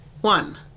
one